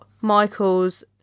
Michael's